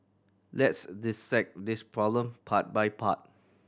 let's dissect this problem part by part